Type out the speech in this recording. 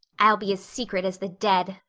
i'll be as secret as the dead,